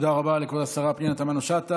תודה רבה לכבוד השרה פנינה תמנו-שטה.